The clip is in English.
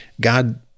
God